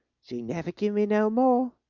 she never give me no more.